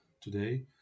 today